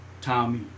Tommy